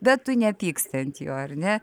bet tu nepyksti ant jo ar ne